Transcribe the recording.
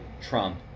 Trump